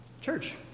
Church